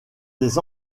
des